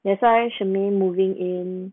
that's why shermaine moving in